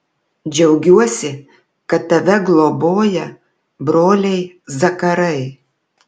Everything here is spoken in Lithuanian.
džiaugiuosi kad tave globoja broliai zakarai